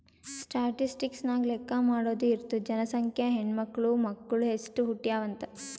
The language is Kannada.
ಸ್ಟ್ಯಾಟಿಸ್ಟಿಕ್ಸ್ ನಾಗ್ ಲೆಕ್ಕಾ ಮಾಡಾದು ಇರ್ತುದ್ ಜನಸಂಖ್ಯೆ, ಹೆಣ್ಮಕ್ಳು, ಮಕ್ಕುಳ್ ಎಸ್ಟ್ ಹುಟ್ಯಾವ್ ಅಂತ್